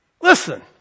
Listen